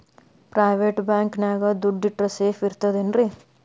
Private bank ನ್ಯಾಗ್ ದುಡ್ಡ ಇಟ್ರ ಸೇಫ್ ಇರ್ತದೇನ್ರಿ?